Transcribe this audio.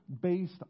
based